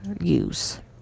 use